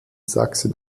sachsen